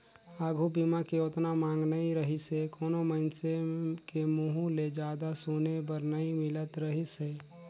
आघू बीमा के ओतना मांग नइ रहीसे कोनो मइनसे के मुंहूँ ले जादा सुने बर नई मिलत रहीस हे